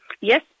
Yes